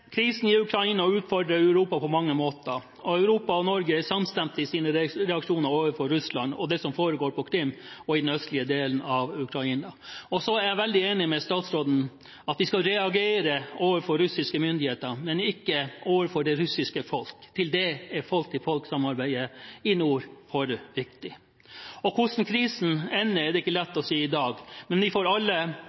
Krisen i Ukraina utfordrer Europa på mange måter, og Europa og Norge er samstemt i sine reaksjoner overfor Russland når det gjelder det som foregår på Krim og i den østlige delen av Ukraina. Jeg er veldig enig med statsråden i at vi skal reagere overfor russiske myndigheter, men ikke overfor det russiske folk. Til det er folk-til-folk-samarbeidet i nord for viktig. Hvordan krisen ender, er det ikke lett å si i dag, men vi får alle